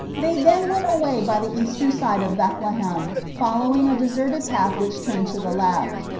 they then went away by the eastern side of bethlehem, following a deserted path which turned to the left.